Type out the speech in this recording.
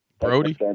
Brody